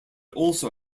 also